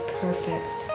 perfect